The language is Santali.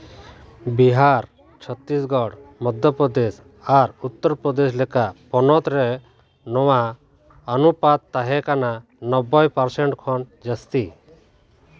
ᱵᱤᱦᱟᱨ ᱪᱷᱚᱛᱨᱤᱥᱜᱚᱲ ᱢᱚᱫᱽᱫᱷᱚᱯᱨᱚᱫᱮᱥ ᱟᱨ ᱩᱛᱛᱚᱨᱯᱨᱚᱫᱮᱥ ᱞᱮᱠᱟ ᱯᱚᱱᱚᱛ ᱨᱮ ᱱᱚᱣᱟ ᱚᱱᱩᱯᱟᱛ ᱛᱟᱦᱮᱸ ᱠᱟᱱᱟ ᱱᱚᱵᱵᱳᱭ ᱯᱟᱨᱥᱮᱱᱴ ᱠᱷᱚᱱ ᱡᱟᱹᱥᱛᱤ